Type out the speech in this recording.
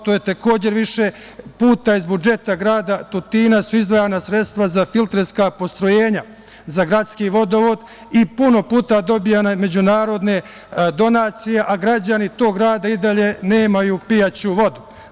Takođe, više puta iz budžeta grada Tutina su izdvajana sredstva za filterska postrojenja za gradski vodovod i puno puta su dobijane međunarodne donacije, a građani tog grada i dalje nemaju pijaću vodu.